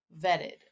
vetted